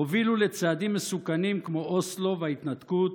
הובילה לצעדים מסוכנים כמו אוסלו וההתנתקות,